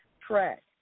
track